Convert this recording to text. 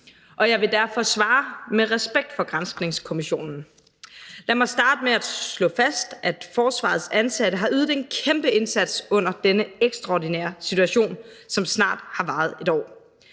og jeg vil derfor svare med respekt for granskningskommissionen. Lad mig starte med at slå fast, at forsvarets ansatte har ydet en kæmpe indsats under denne ekstraordinære situation, som snart har varet 1 år.